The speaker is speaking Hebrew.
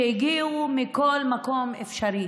שהגיעו מכל מקום אפשרי